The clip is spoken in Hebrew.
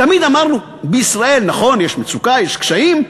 תמיד אמרנו: בישראל, נכון, יש מצוקה, יש קשיים,